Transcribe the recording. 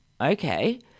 okay